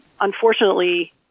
unfortunately